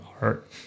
art